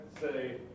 say